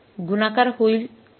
गुणाकार होईल किती